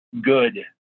good